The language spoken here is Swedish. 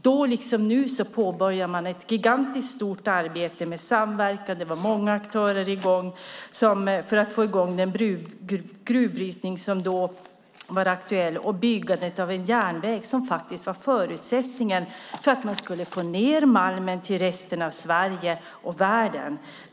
Då liksom nu påbörjade man ett gigantiskt stort arbete med samverkan. Många aktörer var med för att få i gång den gruvbrytning som då var aktuell och det byggande av en järnväg som var förutsättningen för att man skulle få ned malmen till resten av Sverige och världen.